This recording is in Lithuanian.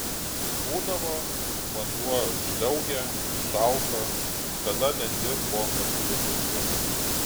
būdavo vanduo žliaugia šalta tada lendi po karštu dušu